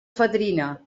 fadrina